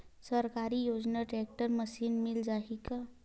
सरकारी योजना tractor machine मिल जाही का?